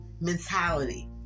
mentality